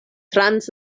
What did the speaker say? trans